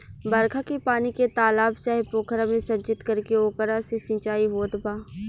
बरखा के पानी के तालाब चाहे पोखरा में संचित करके ओकरा से सिंचाई होत बा